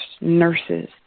nurses